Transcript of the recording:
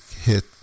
hit